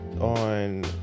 on